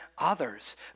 Others